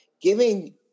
giving